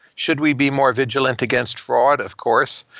should we be more vigilant against fraud? of course.